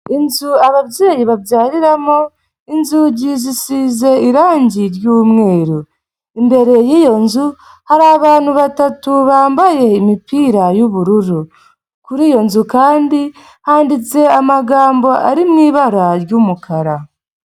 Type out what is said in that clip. Inzu ababyeyi babyariramo inzugi zisize irangi ry'umweru, imbere y'iyo nzu hari abantu batatu bambaye imipira y'ubururu, kuri iyo nzu kandi handitse amagambo ari mu ibara ry'umukara.